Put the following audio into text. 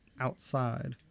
outside